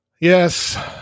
Yes